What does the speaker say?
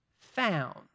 found